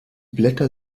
blätter